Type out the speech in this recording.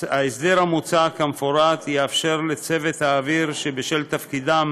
ההסדר המוצע כמפורט יאפשר לצוותי האוויר שבשל תפקידם